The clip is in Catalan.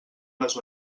les